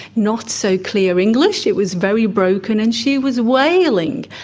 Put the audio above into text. not so clear english, it was very broken, and she was wailing.